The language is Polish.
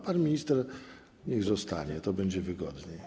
Pan minister niech zostanie, to będzie wygodniej.